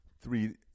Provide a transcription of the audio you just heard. three